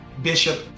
Bishop